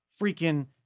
freaking